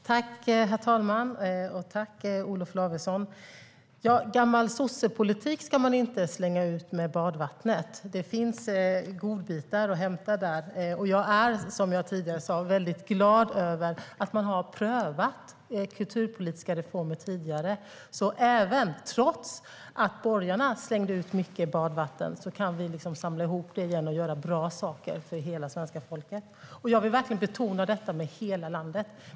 Herr talman! Tack, Olof Lavesson! Gammal sossepolitik ska man inte slänga ut med badvattnet. Det finns godbitar att hämta där, och jag är, som jag tidigare sa, glad över att man har prövat kulturpolitiska reformer tidigare. Trots att borgarna slängde ut mycket badvatten kan vi samla ihop det igen och göra bra saker för hela svenska folket. Jag vill verkligen betona det här med hela landet.